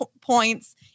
points